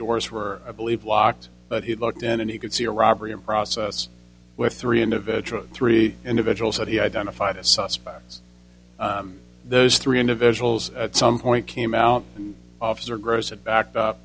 doors were i believe locked but he looked in and he could see a robbery in process where three individuals three individuals that he identified as suspects those three individuals at some point came out and officer grosset backed up